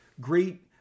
great